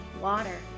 Water